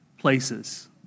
places